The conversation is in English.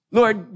Lord